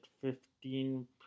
fifteen